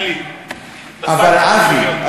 אבי,